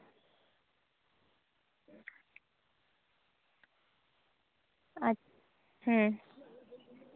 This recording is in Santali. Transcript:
ᱟᱪ ᱦᱮᱸ